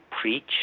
preach